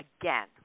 again